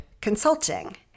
Consulting